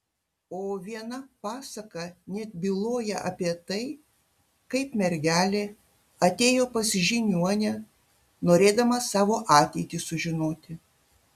o viena pasaka net byloja apie tai kaip mergelė atėjo pas žiniuonę norėdama savo ateitį sužinoti